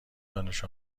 دانش